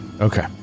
Okay